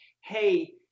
Hey